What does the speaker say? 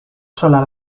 solar